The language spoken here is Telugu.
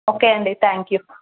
ఓకే అండి థ్యాంక్ యూ